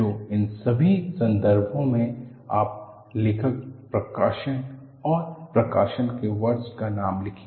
तो इन सभी संदर्भों में आप लेखक प्रकाशक और प्रकाशन के वर्ष का नाम लिखें